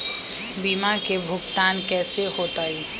बीमा के भुगतान कैसे होतइ?